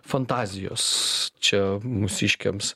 fantazijos čia mūsiškiams